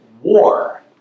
war